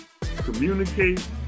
communicate